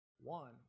One